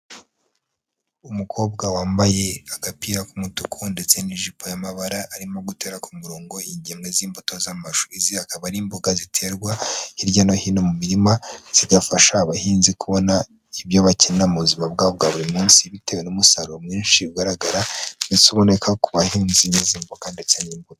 Umukobwa wambaye agapira k'umutuku ndetse n'ijipo y'amabara arimo gutera ku murongo ingemwe z'imbuto z'amashu. Izi akaba ari imboga ziterwa hirya no hino mu mirima zigafasha abahinzi kubona ibyo bakenera mu buzima bwabo bwa buri munsi bitewe n'umusaruro mwinshi ugaragara ndetse uboneka ku bahinzi b'izi mboga ndetse n'imbuto.